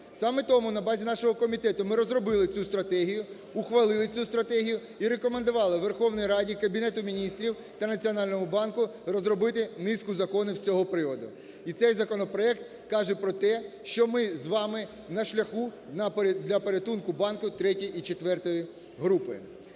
Саме тому, на базі нашого комітету ми розробили цю стратегію, ухвалили цю стратегію і рекомендували Верховній Раді, Кабінету Міністрів та Національному банку розробити низку законів з цього приводу. І цей законопроект каже про те, що ми з вами на шляху для порятунку банків ІІІ і IV групи.